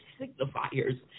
signifiers